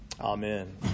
Amen